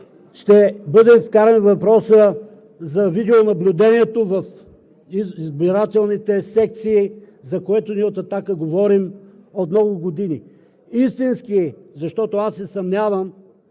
ще бъде вкаран въпросът за видеонаблюдението в избирателните секции, за което ние от „Атака“ говорим от много години истински. Защото аз се съмнявам